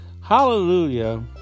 Hallelujah